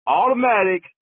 automatic